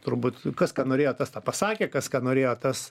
turbūt kas ką norėjo tas tą pasakė kas ką norėjo tas